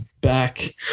back